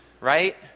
right